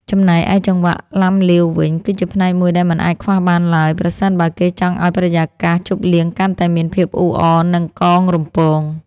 ចំណែកឯចង្វាក់ឡាំលាវវិញ គឺជាផ្នែកមួយដែលមិនអាចខ្វះបានឡើយ ប្រសិនបើគេចង់ឱ្យបរិយាកាសជប់លៀងកាន់តែមានភាពអ៊ូអរ និងកងរំពង។